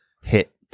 hit